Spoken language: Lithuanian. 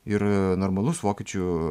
ir normalus vokiečių